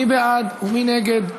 מי בעד ומי נגד?